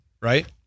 Right